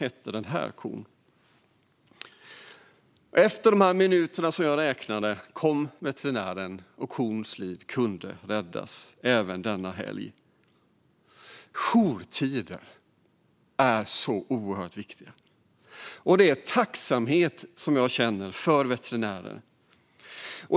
Efter alla de minuter som jag räknade kom så veterinären och kons liv kunde räddas, även denna helg. Jourtider är oerhört viktiga. Jag känner tacksamhet gentemot veterinären.